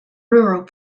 rural